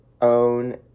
own